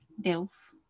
Delf